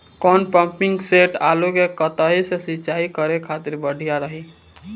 कौन pumping set आलू के कहती मे सिचाई करे खातिर बढ़िया रही?